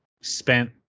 spent